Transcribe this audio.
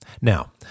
Now